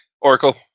Oracle